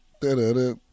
da-da-da